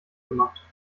gemacht